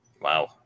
Wow